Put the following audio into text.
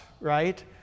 right